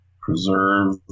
preserve